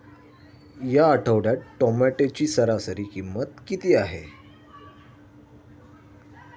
या आठवड्यात टोमॅटोची सरासरी किंमत किती आहे?